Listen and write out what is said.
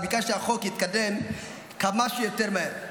וביקשתי שהחוק יתקדם כמה שיותר מהר.